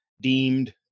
deemed